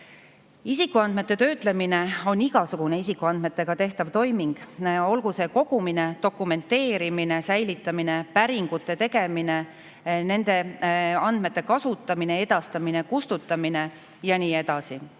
Isikuandmete töötlemine on igasugune isikuandmetega tehtav toiming, olgu see kogumine, dokumenteerimine, säilitamine, päringute tegemine, nende andmete kasutamine, edastamine, kustutamine ja nii edasi,